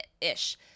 ish